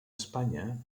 espanya